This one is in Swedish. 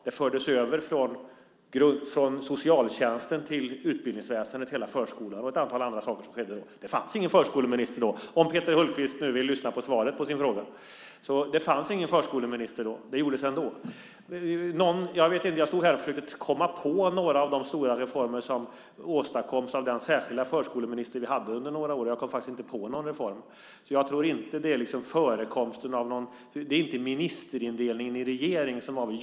Från socialtjänsten fördes det över resurser till utbildningsväsendet, till hela förskolan. Också ett antal andra saker skedde. Det fanns ingen förskoleminister då - om Peter Hultqvist nu vill lyssna på svaret på sin fråga - men det här gjordes ändå. Jag försökte nyss komma på några av de stora reformer som åstadkoms av den särskilda förskoleminister som vi under några år hade. Men jag kom faktiskt inte på någon reform, så jag tror inte att det är ministerindelningen i regeringen som avgör.